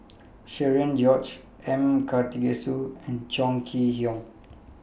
Cherian George M Karthigesu and Chong Kee Hiong